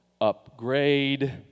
Upgrade